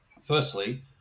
Firstly